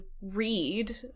read